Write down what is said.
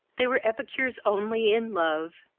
they were epicures only in love,